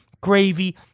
gravy